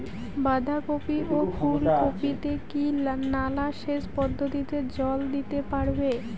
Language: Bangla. বাধা কপি ও ফুল কপি তে কি নালা সেচ পদ্ধতিতে জল দিতে পারবো?